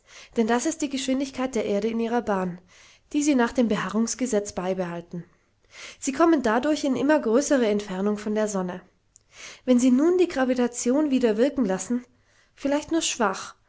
denn das ist die geschwindigkeit der erde in ihrer bahn die sie nach dem beharrungsgesetz beibehalten sie kommen dadurch in immer größere entfernung von der sonne wenn sie nun die gravitation wieder wirken lassen vielleicht nur schwach